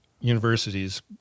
universities